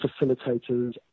facilitators